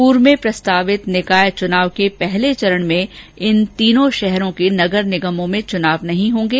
पूर्व में प्रस्तावित निकाय चुनाव के पहले चरण में इन तीनों शहरों के नगर निगमों में चुनाव नहीं होंगे